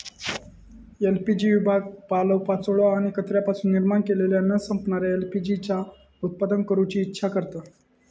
LPG विभाग पालोपाचोळो आणि कचऱ्यापासून निर्माण केलेल्या न संपणाऱ्या एल.पी.जी चा उत्पादन करूची इच्छा करता